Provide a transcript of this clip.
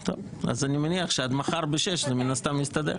אני מניח שעד מחר ב-18:00 זה מן הסתם יסתדר.